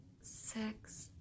six